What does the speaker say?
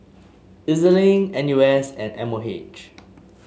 E Z Link N U S and M O H